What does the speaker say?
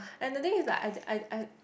and the thing is like I I I